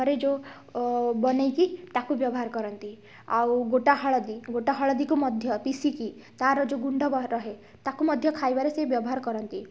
ଘରେ ଯେଉଁ ବନେଇକି ତାକୁ ବ୍ୟବହାର କରନ୍ତି ଆଉ ଗୋଟା ହଳଦୀ ଗୋଟା ହଳଦୀକୁ ମଧ୍ୟ ପିଷିକି ତା'ର ଯେଉଁ ଗୁଣ୍ଡ ବ ରହେ ତାକୁ ମଧ୍ୟ ଖାଇବାରେ ସେ ବ୍ୟବହାର କରନ୍ତି